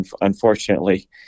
unfortunately